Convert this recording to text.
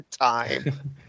time